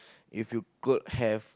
if you could have